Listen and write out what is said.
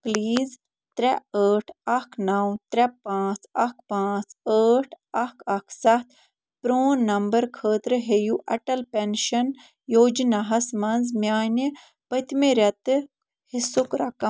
please ترٛےٚ ٲٹھ اَکھ نَو ترٛےٚ پانٛژھ اَکھ پانٛژھ ٲٹھ اَکھ اَکھ سَتھ پرٛان نمبر خٲطرٕ ہیٚیُو اَٹل پیٚنشن یوجنا ہَس مَنٛز میٛانہِ پٔتمہِ ریٚتہٕ حصُک رقم